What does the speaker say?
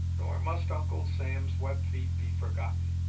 nor must uncle sam's web-feet be forgotten.